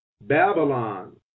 Babylon